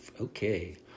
Okay